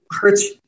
hurts